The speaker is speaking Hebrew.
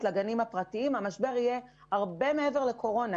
לגנים הפרטיים המשבר יהיה הרבה מעבר לקורונה.